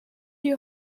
you